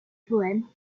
poèmes